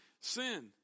sin